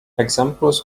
examples